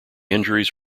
injuries